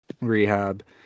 rehab